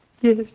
Yes